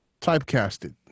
typecasted